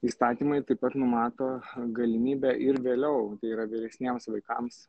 įstatymai taip pat numato galimybę ir vėliau tai yra vyresniems vaikams